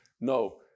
No